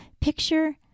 picture